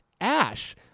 Ash